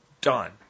done